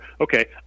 Okay